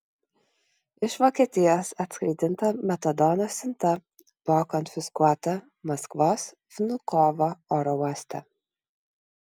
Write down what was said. iš vokietijos atskraidinta metadono siunta buvo konfiskuota maskvos vnukovo oro uoste